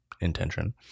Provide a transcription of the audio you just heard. intention